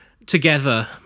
Together